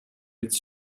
its